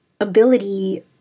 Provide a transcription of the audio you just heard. ability